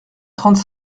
trente